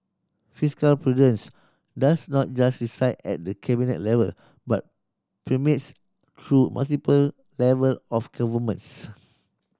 fiscal prudence does not just reside at the Cabinet level but permeates through multiple level of governments